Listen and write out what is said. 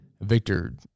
Victor